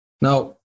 Now